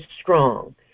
strong